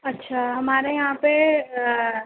अच्छा हमारे यहाँ पे